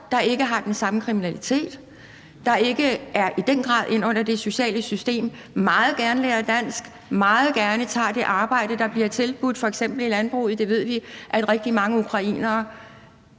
der ikke har den samme kriminalitet, og der ikke i samme grad er inde under det sociale system. De vil meget gerne lære dansk og tager meget gerne det arbejde, der bliver tilbudt, f.eks. i landbruget. Der ved vi at rigtig mange ukrainere